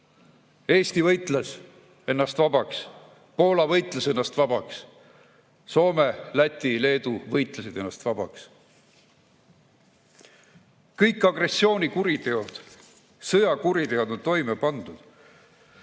Eesti võitles ennast vabaks. Poola võitles ennast vabaks. Soome, Läti ja Leedu võitlesid ennast vabaks. Kõik agressioonikuriteod, sõjakuriteod on toime pandud.